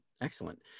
Excellent